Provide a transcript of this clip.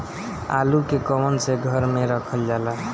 आलू के कवन से घर मे रखल जाला?